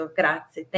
grazie